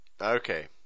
Okay